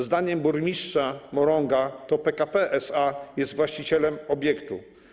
Zdaniem burmistrza Morąga to PKP SA jest właścicielem obiektu.